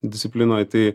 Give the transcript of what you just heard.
disciplinoje tai